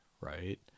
right